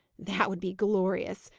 that would be glorious!